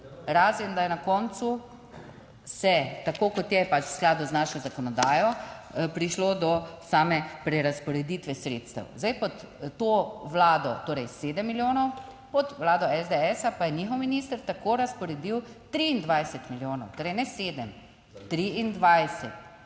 razen da je na koncu se, tako kot je pač v skladu z našo zakonodajo, prišlo do same prerazporeditve sredstev? Zdaj pod to vlado, torej sedem milijonov, pod vlado SDS pa je njihov minister tako razporedil 23 milijonov, torej ne 7, 23, nekajkrat